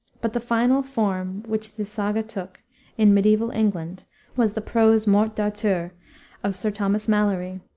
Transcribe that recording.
but the final form which the saga took in mediaeval england was the prose morte dartur of sir thomas malory,